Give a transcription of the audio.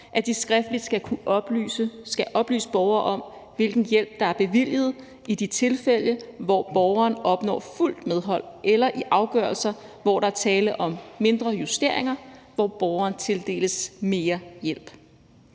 at de skriftligt skal oplyse borgeren om, hvilken hjælp der er bevilget, i de tilfælde, hvor borgeren opnår fuldt medhold, eller i afgørelser, hvor der er tale om mindre justeringer, hvor borgeren tildeles mere hjælp.